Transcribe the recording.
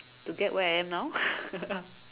to get where I am now